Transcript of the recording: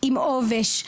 עם עובש,